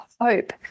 hope